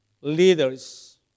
leaders